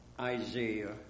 Isaiah